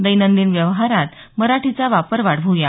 दैनंदिन व्यवहारात मराठीचा वापर वाढव् या